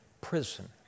prison